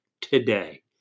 today